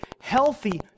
healthy